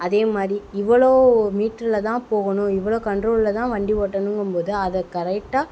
அதேமாதிரி இவ்வளோ மீட்டரில்தான் போகணும் இவ்வளோ கண்ட்ரோலில் தான் வண்டி ஓட்டணுங்கும் போது அதை கரெக்டாக